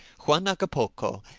juan hagapoco,